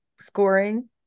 scoring